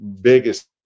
biggest